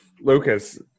Lucas